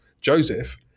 Joseph